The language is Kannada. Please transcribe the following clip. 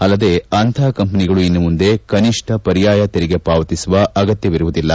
ಅಲ್ಲದೇ ಅಂತಪ ಕಂಪೆನಿಗಳು ಇನ್ನು ಮುಂದೆ ಕನಿಷ್ಟ ಪರ್ಖಾಯ ತೆರಿಗೆ ಪಾವತಿಸುವ ಅಗತ್ಯ ವಿರುವುದಿಲ್ಲ